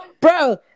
bro